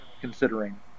considering